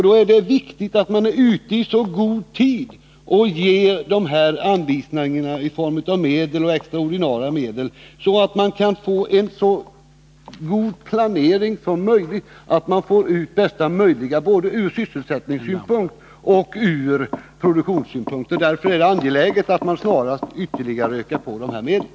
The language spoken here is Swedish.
Då är det viktigt att man är ute i så god tid och ger anvisningarna i form av medel och extraordinära medel så, att man kan få en så god planering som möjligt, som ger bästa möjliga resultat både ur sysselsättningsoch ur produktionssynpunkt. Därför är det angeläget att man snarast ytterligare ökar på dessa medel.